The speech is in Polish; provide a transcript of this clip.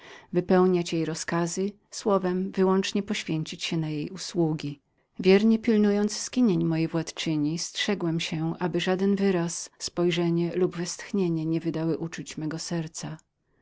wypełniać jej rozkazy słowem wyłącznie poświęcić się na jej usługi tak wiernie pilnując skinień mojej władczyni strzegłem się aby żaden wyraz rzut oczu lub westchnienie nie wydały uczuć mego serca